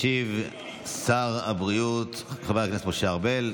ישיב שר הבריאות חבר הכנסת משה ארבל.